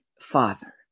father